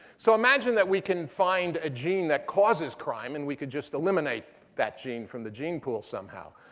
so imagine that we can find a gene that causes crime and we could just eliminate that gene from the gene pool somehow.